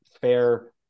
fair